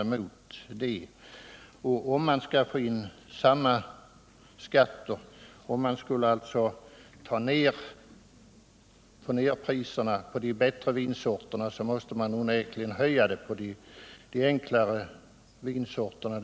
Om den totala skatten skall förbli lika hög och man sänker priserna på de bättre vinsorterna, måste man onekligen i stället höja dem för de enklare vinsorterna.